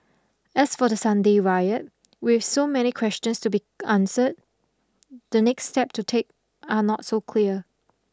as for the Sunday riot with so many questions to be answer the next step to take are not so clear